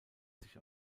sich